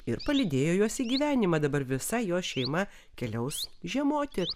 ir palydėjo juos į gyvenimą dabar visa jo šeima keliaus žiemoti